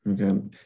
Okay